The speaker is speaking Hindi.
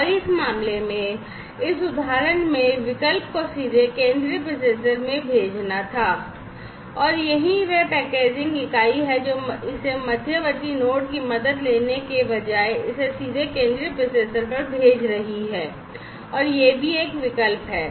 और इस मामले में इस उदाहरण में विकल्प को सीधे केंद्रीय प्रोसेसर में भेजना था और यही वह पैकेजिंग इकाई है जो इस मध्यवर्ती नोड की मदद लेने के बजाय इसे सीधे केंद्रीय प्रोसेसर पर भेज रही है और यह भी एक विकल्प है